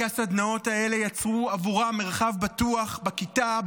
כי הסדנאות האלה יצרו עבורם מרחב בטוח בכיתה,